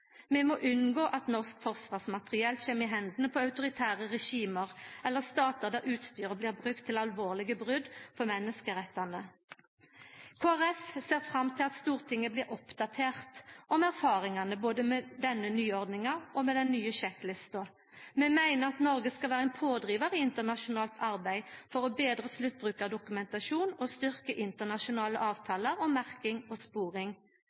må unngå at norsk forsvarsmateriell kjem i hendene på autoritære regime eller statar der utstyret blir brukt til alvorlege brot på menneskerettane. Kristeleg Folkeparti ser fram til at Stortinget blir oppdatert om erfaringane både med denne nyordninga og med den nye sjekklista. Vi meiner at Noreg skal vera ein pådrivar i internasjonalt arbeid for å betra sluttbrukardokumentasjonen og styrka internasjonale avtalar om merking og sporing.